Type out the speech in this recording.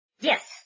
Yes